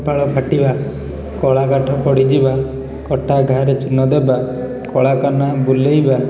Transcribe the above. କପାଳ ଫାଟିବା କଳା କାଠ ପଡ଼ିଯିବା କଟା ଘା'ରେ ଚୂନ ଦବା କଳା କନା ବୁଲେଇବା